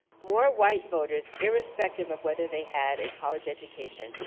more white voters irrespective of whether they had a college education,